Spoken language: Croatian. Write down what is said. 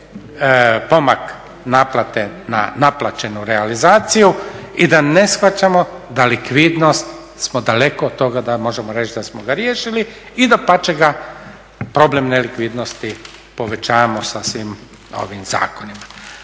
pomak naplate na naplaćenu realizaciju i da ne shvaćamo da likvidnost smo daleko od toga da možemo reći da smo ga riješili i dapače ga problem nelikvidnosti povećavamo sasvim ovim zakonima.